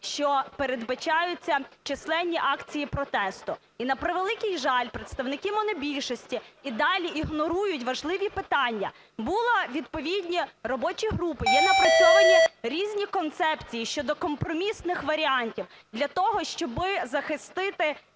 що передбачаються численні акції протесту. І, на превеликий жаль, представники монобільшості і далі ігнорують важливі питання. Були відповідні робочі групи, є напрацьовані різні концепції щодо компромісних варіантів для того, щоб захистити